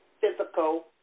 physical